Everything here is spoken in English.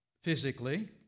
physically